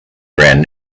brand